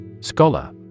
Scholar